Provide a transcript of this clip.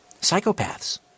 psychopaths